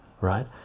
right